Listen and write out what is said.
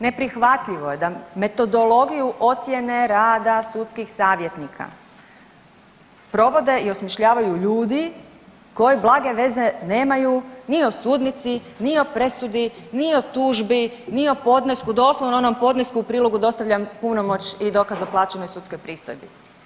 Neprihvatljivo je da metodologiju ocjene rada sudskih savjetnika provode i osmišljavaju ljudi koji blage veze nemaju ni o sudnici ni o presudi ni o tužbi ni o podnesku, doslovno onom podnesku, u prilogu dostavljam punomoć i dokaz o plaćenoj sudskoj pristojbi.